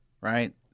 right